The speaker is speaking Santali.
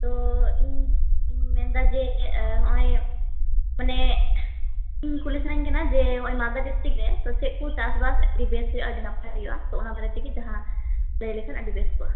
ᱛᱚ ᱤᱧ ᱤᱧ ᱢᱮᱱᱮᱫᱟ ᱡᱮ ᱦᱚᱜᱼᱚᱸᱭ ᱢᱟᱱᱮ ᱤᱧ ᱠᱩᱞᱤ ᱥᱟᱱᱟᱹᱧ ᱠᱟᱱᱟ ᱡᱮ ᱦᱚᱜᱼᱚᱸᱭ ᱢᱟᱞᱫᱟ ᱰᱤᱥᱴᱤᱠ ᱨᱮ ᱪᱮᱫ ᱠᱚ ᱪᱟᱥ ᱵᱟᱥ ᱟᱹᱰᱤ ᱵᱮᱥ ᱦᱩᱭᱩᱜᱼᱟ ᱟᱹᱰᱤ ᱱᱟᱯᱟᱭ ᱦᱩᱭᱩᱜᱼᱟ ᱛᱚ ᱚᱱᱟ ᱵᱟᱨᱮ ᱛᱮᱜᱮ ᱡᱟᱦᱟᱸ ᱞᱟᱹᱭ ᱞᱮᱠᱷᱟᱱ ᱟᱹᱰᱤ ᱵᱮᱥ ᱠᱚᱜᱼᱟ